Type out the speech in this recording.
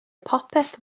popeth